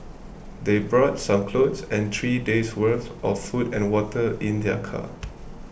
they brought some clothes and three days' worth of food and water in their car